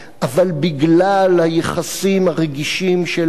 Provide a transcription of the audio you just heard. אבל בגלל היחסים הרגישים שלנו עם